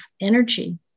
energy